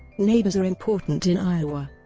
neighbors are important in iowa.